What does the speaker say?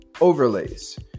Overlays